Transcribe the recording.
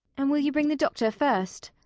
and will you bring the doctor first?